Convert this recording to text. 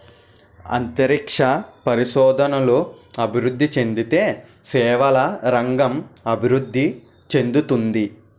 అంతరిక్ష పరిశోధనలు అభివృద్ధి చెందితే సేవల రంగం అభివృద్ధి చెందుతుంది